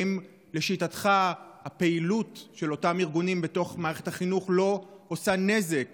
האם לשיטתך הפעילות של אותם ארגונים בתוך מערכת החינוך לא עושה נזק